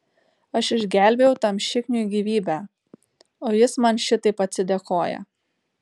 aš išgelbėjau tam šikniui gyvybę o jis man šitaip atsidėkoja